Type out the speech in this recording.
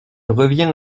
reviens